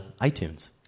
iTunes